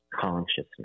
consciousness